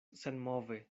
senmove